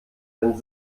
dann